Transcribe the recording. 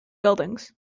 buildings